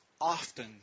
often